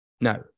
no